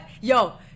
Yo